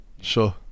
Sure